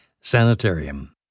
Sanitarium